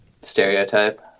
stereotype